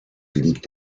liegt